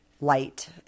light